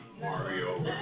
Mario